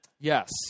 Yes